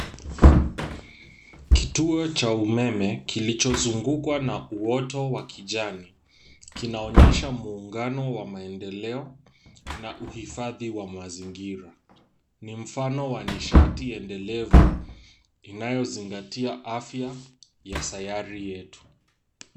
Kituo cha umeme kilicho zungukwa na uoto wa kijani, kinaonyesha muungano wa maendeleo na uhifadhi wa mazingira .Ni mfano wa nishati endelevu inayozingatia afya ya sayari yetu.